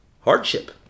hardship